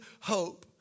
hope